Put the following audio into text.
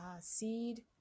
seed